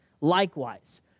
Likewise